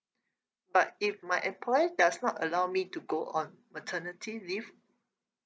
but if my employer does not allow me to go on maternity leave